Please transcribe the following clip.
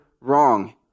wrong